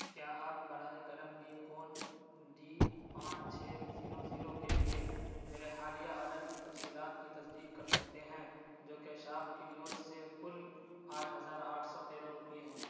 کیا آپ براہ کرم نیکون ڈی پانچ چھ زیرو زیرو کے لیے میرے حالیہ آرڈر کی تفصیلات کی تصدیق کر سکتے ہیں جو کہ شاپ کلیوز سے کل آٹھ ہزار آٹھ سو تیرہ روپیے ہیں